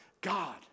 God